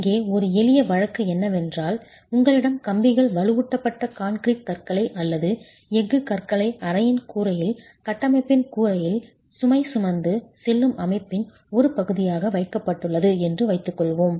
இங்கே ஒரு எளிய வழக்கு என்னவென்றால் உங்களிடம் கம்பிகள் வலுவூட்டப்பட்ட கான்கிரீட் கற்றைகள் அல்லது எஃகு கற்றைகளை அறையின் கூரையில் கட்டமைப்பின் கூரையில் சுமை சுமந்து செல்லும் அமைப்பின் ஒரு பகுதியாக வைக்கப்பட்டுள்ளது என்று வைத்துக்கொள்வோம்